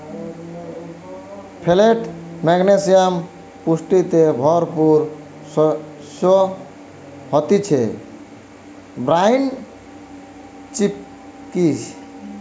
folate, magnesium পুষ্টিতে ভরপুর শস্য হতিছে ব্রাউন চিকপি